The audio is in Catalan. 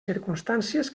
circumstàncies